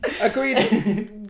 Agreed